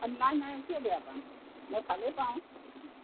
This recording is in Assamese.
নাই নাই কিয় বেয়া পাাম মই ভালেই পাওঁ